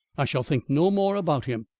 i shall think no more about him.